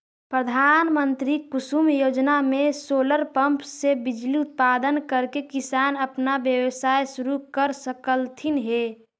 प्रधानमंत्री कुसुम योजना में सोलर पंप से बिजली उत्पादन करके किसान अपन व्यवसाय शुरू कर सकलथीन हे